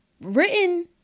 written